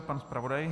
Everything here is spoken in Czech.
Pan zpravodaj?